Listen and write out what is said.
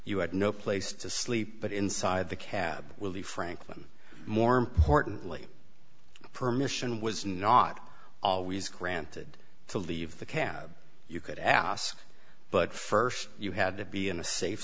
you had no place to sleep but inside the cab will be frank them more importantly permission was not always granted to leave the cab you could ask but st you had to be in a safe